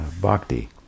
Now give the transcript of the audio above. bhakti